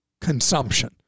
consumption